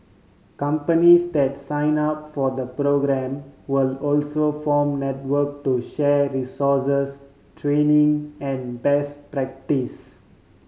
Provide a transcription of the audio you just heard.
companies that sign up for the programme will also form network to share resources training and best practice